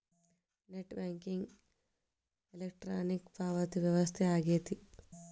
net banking electronic ಪಾವತಿ ವ್ಯವಸ್ಥೆ ಆಗೆತಿ